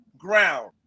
Ground